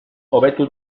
hobetu